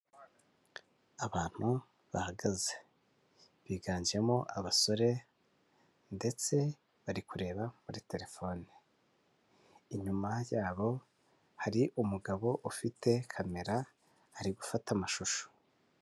Abantu bahagaze biganjemo abasore ndetse bari kureba muri telefone inyuma yabo hari umugabo ufite kamera ari gufata amashusho.